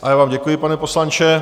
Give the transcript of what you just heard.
Já vám děkuji, pane poslanče.